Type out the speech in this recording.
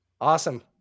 Awesome